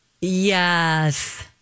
Yes